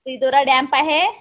Ridhora dam आहे